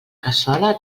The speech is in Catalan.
cassola